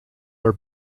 her